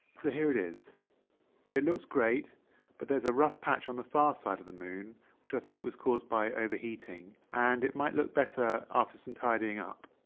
here it is it looks great but there's a rough patch on the far side of the moon which i think was caused by overheating and it might look better after some tidying up.